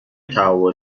تهوع